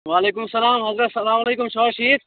وعلیکُم سَلام آغا سَلام علیکُم تُہۍ چھِو حظ ٹھیٖک